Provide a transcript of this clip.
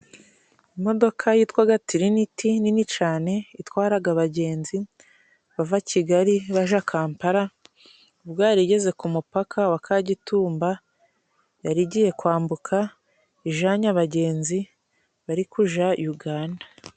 Imodoka yitwaga tiriniti nini cane itwaraga abagenzi bava Kigali baja Kampala, ubwo yari igeze ku mupaka wa Kagitumba yari igiye kwambuka, ijanye abagenzi bari kuja Yuganda.